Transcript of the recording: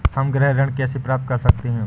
हम गृह ऋण कैसे प्राप्त कर सकते हैं?